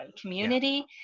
community